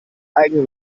eigene